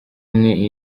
umwe